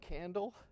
candle